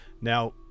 now